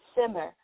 simmer